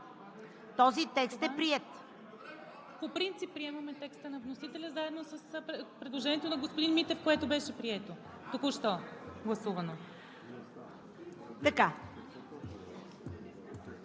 Този текст е приет.